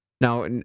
Now